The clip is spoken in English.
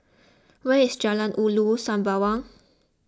where is Jalan Ulu Sembawang